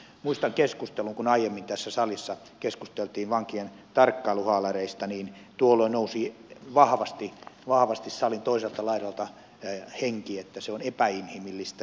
muistan keskustelun kun aiemmin tässä salissa keskusteltiin vankien tarkkailuhaalareista niin tuolloin nousi vahvasti salin toiselta laidalta henki että se on epäinhimillistä